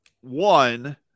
one